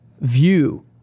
view